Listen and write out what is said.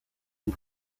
ont